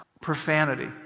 profanity